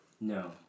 No